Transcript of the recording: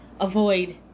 Avoid